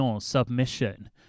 Submission